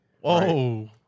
Whoa